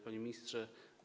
Panie Ministrze!